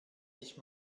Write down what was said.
ich